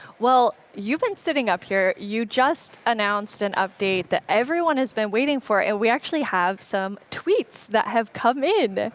well, you've been sitting up here, you just announced an update that everyone has been waiting for. and we actually have some tweets that have come in.